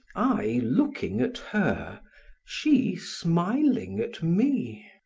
i looking at her she smiling at me.